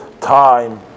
time